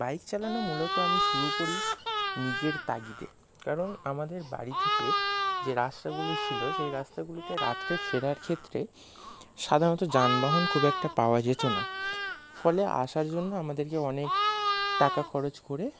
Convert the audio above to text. bike চালানো মূলত আমি শুরু করি নিজের তাগিদে কারণ আমাদের বাড়ি থেকে যে রাস্তাগুলি ছিল সেই রাস্তাগুলিতে রাত্রে ফেরার ক্ষেত্রে সাধারণত যানবাহন খুব একটা পাওয়া যেত না ফলে আসার জন্য আমাদেরকে অনেক টাকা খরচ করে